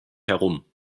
herum